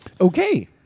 Okay